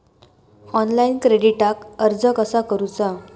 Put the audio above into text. Online क्रेडिटाक अर्ज कसा करुचा?